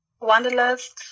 Wanderlust